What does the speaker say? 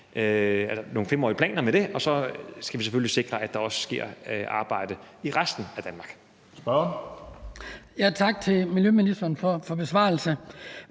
nogle 5-årige planer med. Og så skal vi selvfølgelig sikre, at der også sker et arbejde i resten af Danmark.